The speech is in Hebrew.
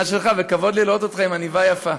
שלך וכבוד לי לראות אותך עם עניבה יפה.